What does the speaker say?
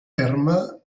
terme